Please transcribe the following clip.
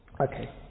Okay